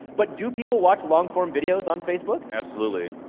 but do people watch long-form videos on facebook? absolutely,